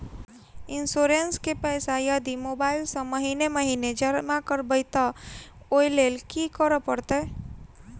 Insurance केँ पैसा यदि मोबाइल सँ महीने महीने जमा करबैई तऽ ओई लैल की करऽ परतै?